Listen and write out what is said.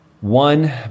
one